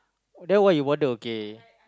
then why you bother okay